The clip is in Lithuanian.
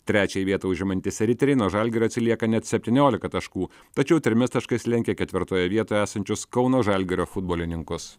trečiąją vietą užimantys riteriai nuo žalgirio atsilieka net septyniolika taškų tačiau trimis taškais lenkia ketvirtoje vietoje esančius kauno žalgirio futbolininkus